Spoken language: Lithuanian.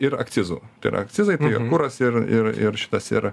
ir akcizų tai yra akcizai kuras ir ir ir šitas ir